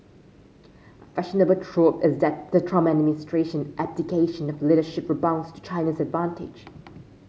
a fashionable trope is that the Trump administration abdication of leadership rebounds to China's advantage